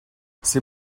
ces